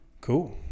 Cool